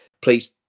please